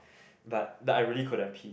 but but I really couldn't pee